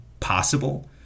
possible